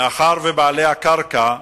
מאחר שבעלי הקרקע,